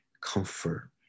comfort